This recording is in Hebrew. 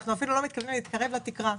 אנחנו אפילו לא מתכוונים להתקרב לתקרה,